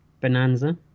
Bonanza